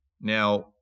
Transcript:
Now